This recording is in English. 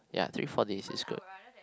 ya three four days is good